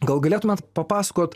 gal galėtumėt papasakot